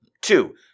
Two